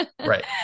Right